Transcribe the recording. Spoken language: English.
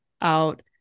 out